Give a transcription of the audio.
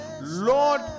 Lord